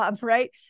right